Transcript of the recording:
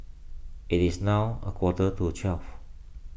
it is now a quarter to twelve